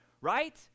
right